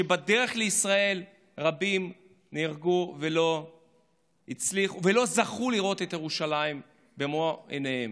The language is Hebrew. שבדרך לישראל רבים נהרגו ולא זכו לראות את ירושלים במו עיניהם.